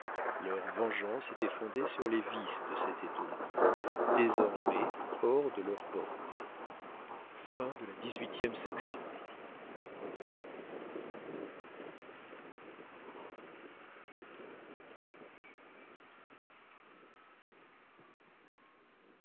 leur vengeance était fondée sur les vices de cet étourdi désormais hors de leur portée